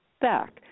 back